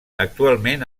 actualment